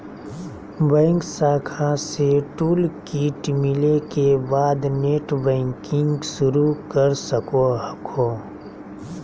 bank शाखा से toolkit मिले के बाद नेटबैंकिंग शुरू कर सको हखो